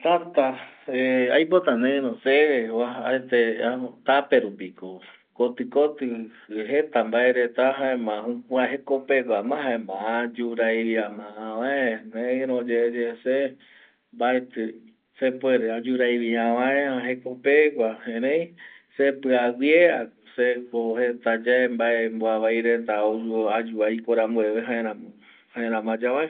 Täta aipota neiro seve vuajaete apo tape rupiko koti koti jeta mbae reta jaema jokua jekopeguama jaema ayu raiviama avae, neiro yeye se mbaeti sepuere ayu raivi avae va jekopegua erei, sepiaguie a ko se ko jeta yae maemboavai reta ou ayu aiko rambueve jaeramo ko jaeramo ayu avae